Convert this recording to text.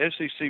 sec